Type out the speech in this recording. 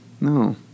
No